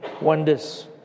Wonders